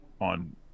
on